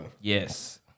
Yes